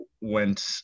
went